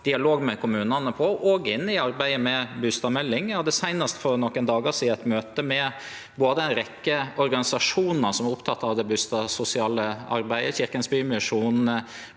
dialog med kommunane om, òg i arbeidet med bustadmeldinga. Eg hadde seinast for nokre dagar sidan eit møte med ei rekkje organisasjonar som er opptekne av det bustadsosiale arbeidet, Kirkens Bymisjon,